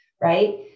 right